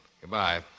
Goodbye